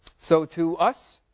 so to us,